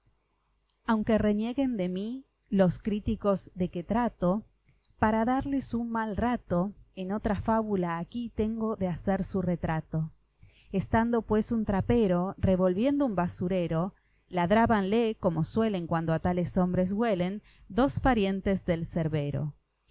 aunque renieguen de mí los críticos de que trato para darles un mal rato en otra fábula aquí tengo de hacer su retrato estando pues un trapero revolviendo un basurero ladrábanle como suelen cuando a tales hombres huelen dos parientes del cerbero